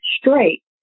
straight